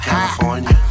California